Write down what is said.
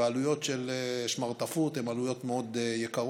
והעלויות של שמרטפות הן עלויות מאוד יקרות,